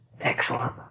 Excellent